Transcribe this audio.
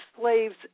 slaves